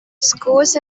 scores